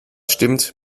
stimmt